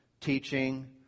Teaching